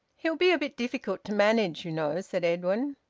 he'll be a bit difficult to manage, you know, said edwin.